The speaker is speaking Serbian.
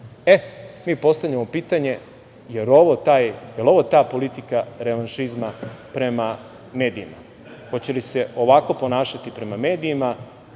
postavljamo pitanje – da li je ovo ta politika revanšizma prema medijima? Hoće li se ovako ponašati prema medijima